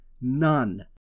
none